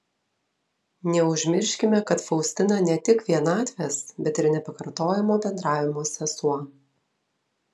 neužmirškime kad faustina ne tik vienatvės bet ir nepakartojamo bendravimo sesuo